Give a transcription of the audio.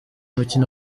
mukino